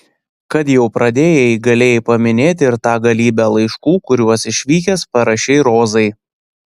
kad jau pradėjai galėjai paminėti ir tą galybę laiškų kuriuos išvykęs parašei rozai